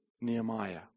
Nehemiah